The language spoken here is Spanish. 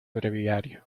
breviario